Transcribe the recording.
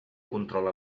controla